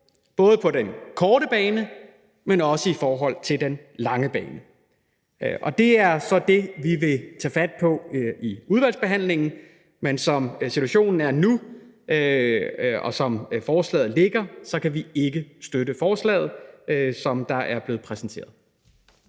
både på den korte bane, men også på den lange bane. Og det er så det, vi vil tage fat på i udvalgsbehandlingen. Men som situationen er nu, og sådan som forslaget ligger, kan vi ikke støtte det forslag, som er blevet præsenteret.